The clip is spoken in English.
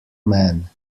man